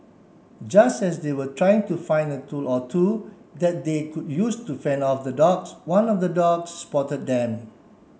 just as they were trying to find a tool or two that they could use to fend off the dogs one of the dogs spotted them